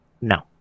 No